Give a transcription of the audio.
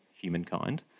humankind